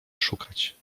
szukać